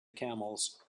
camels